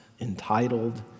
entitled